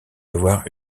avoir